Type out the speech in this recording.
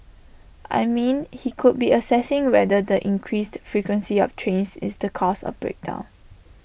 I mean he could be assessing whether the increased frequency of trains is the cause of the break down